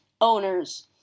owners